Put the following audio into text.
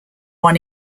one